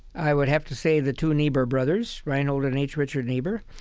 i would have to say the two niebuhr brothers, reinhold and h. richard niebuhr,